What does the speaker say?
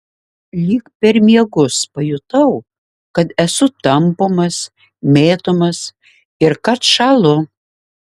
lyg per miegus pajutau kad esu tampomas mėtomas ir kad šąlu